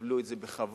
יקבלו את זה בכבוד,